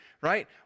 right